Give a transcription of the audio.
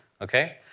okay